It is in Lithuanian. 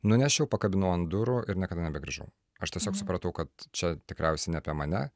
nunešiau pakabinau ant durų ir niekada nebegrįžau aš tiesiog supratau kad čia tikriausiai ne apie mane